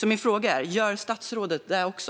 Min fråga är: Gör statsrådet det också?